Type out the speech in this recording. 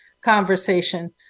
conversation